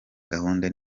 gahunda